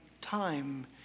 time